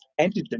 antigen